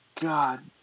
God